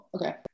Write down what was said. Okay